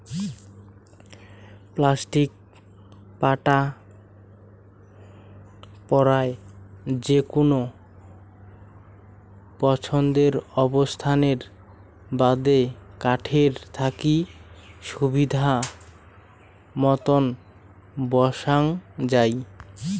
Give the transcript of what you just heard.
plastic পাটা পরায় যেকুনো পছন্দের অবস্থানের বাদে কাঠের থাকি সুবিধামতন বসাং যাই